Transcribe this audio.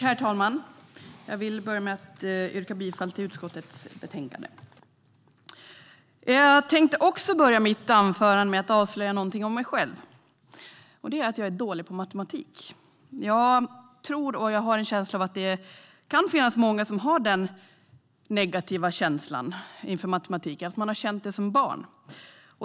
Herr talman! Jag vill börja med att yrka bifall till utskottets förslag till beslut. Jag tänkte också börja mitt anförande med att avslöja någonting om mig själv, och det är att jag är dålig på matematik. Jag tror och har en känsla av att det kan finnas många som har den negativa känslan inför matematiken och har haft den som barn.